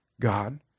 God